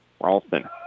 Ralston